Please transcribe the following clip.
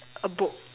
a book